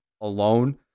alone